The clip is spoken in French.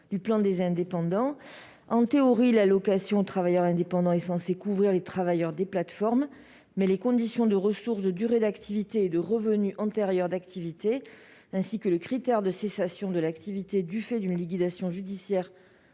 mesures de ce plan. En théorie, l'ATI est censée couvrir les travailleurs des plateformes, mais les conditions de ressources, de durée d'activité et de revenus antérieurs d'activité, ainsi que le critère de cessation de l'activité du fait d'une liquidation judiciaire